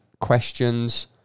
questions